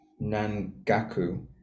Nangaku